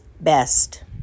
best